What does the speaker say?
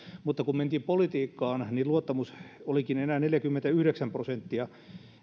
mutta kun mentiin politiikkaan niin luottamus olikin enää neljäkymmentäyhdeksän prosenttia